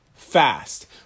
Fast